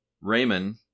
Raymond